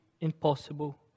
impossible